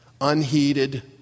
unheeded